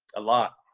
a lot.